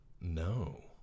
No